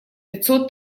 пятьсот